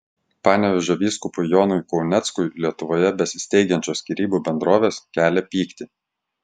panevėžio vyskupui jonui kauneckui lietuvoje besisteigiančios skyrybų bendrovės kelia pyktį